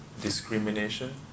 discrimination